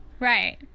Right